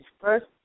first